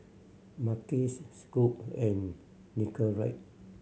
Mackays Scoot and Nicorette